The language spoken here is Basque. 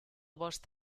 bost